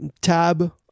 tab